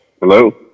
Hello